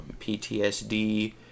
PTSD